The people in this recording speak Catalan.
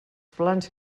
plans